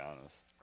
honest